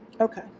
Okay